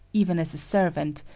even as a servant,